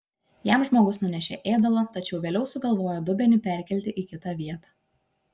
jam žmogus nunešė ėdalo tačiau vėliau sugalvojo dubenį perkelti į kitą vietą